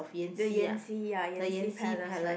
the Yan-Ji ya Yan-Ji Palace right